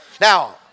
Now